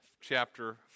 chapter